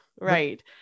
right